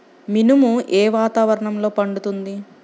మినుము ఏ వాతావరణంలో పండుతుంది?